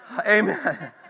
Amen